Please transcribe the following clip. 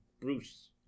Bruce